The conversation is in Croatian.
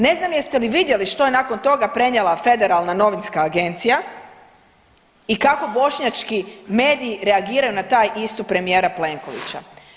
Ne znam jeste li vidjeli što je nakon toga prenijela Federalna novinska agencija i kako bošnjački mediji reagiraju na taj istup premijera Plenkovića.